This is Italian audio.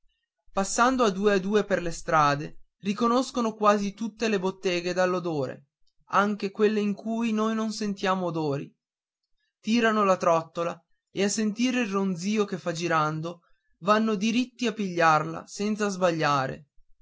passando a due a due per le strade riconoscono quasi tutte le botteghe all'odore anche quelle in cui noi non sentiamo odori tirano la trottola e a sentire il ronzìo che fa girando vanno diritti a pigliarla senza sbagliare